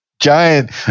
Giant